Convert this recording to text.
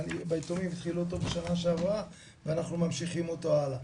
ביתומים התחילו אותו בשנה שעברה ואנחנו ממשיכים אותו הלאה.